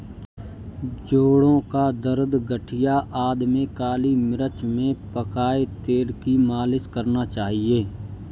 जोड़ों का दर्द, गठिया आदि में काली मिर्च में पकाए तेल की मालिश करना चाहिए